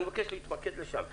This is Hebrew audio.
אני מבקש להתמקד לשם,